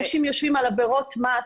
שניאורסון ---- אנשים יושבים על עבירות מס,